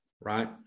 right